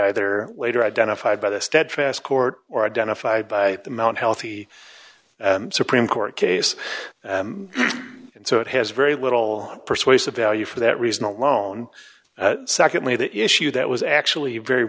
either later identified by the steadfast court or identified by the mount healthy supreme court case and so it has very little persuasive value for that reason alone secondly the issue that was actually very